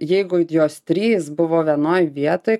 jeigu jos trys buvo vienoj vietoj